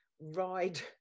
ride